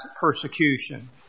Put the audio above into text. persecution